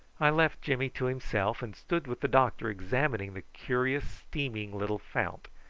i left jimmy to himself, and stood with the doctor examining the curious steaming little fount,